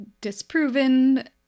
disproven